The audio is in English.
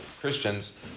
Christians